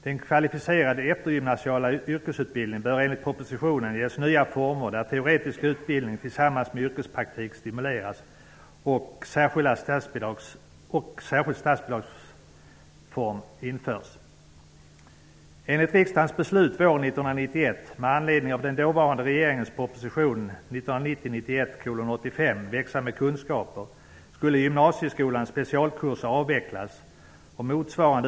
Den kvalificerade eftergymnasiala yrkesutbildningen bör enligt propositionen ges nya former där teoretisk utbildning tillsammans med yrkespraktik stimuleras och en särskild statsbidragsform införs.